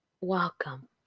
Welcome